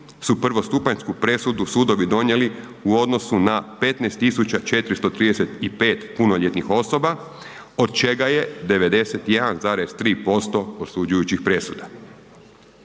su prvostupanjsku presudu sudovi donijeli u odnosu na 15435 punoljetnih osoba, od čega je 91,3% osuđujućih presuda,